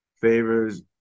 favors